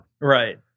Right